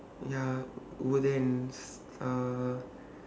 ya go there and stud~